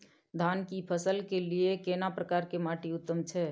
धान की फसल के लिये केना प्रकार के माटी उत्तम छै?